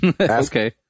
Okay